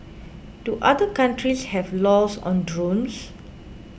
do other countries have laws on drones